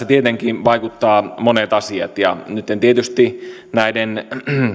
tietenkin vaikuttavat monet asiat ja nytten tietysti näiden